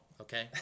okay